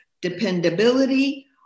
dependability